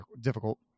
difficult